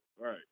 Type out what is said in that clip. right